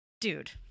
Dude